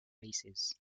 basis